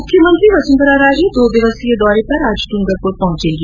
मुख्यमंत्री वसुंधरा राजे दो दिवसीय दौरे पर आज डूंगरपुर पहुंचेगी